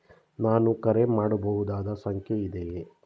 ನಾನು ಕರೆ ಮಾಡಬಹುದಾದ ಸಂಖ್ಯೆ ಇದೆಯೇ?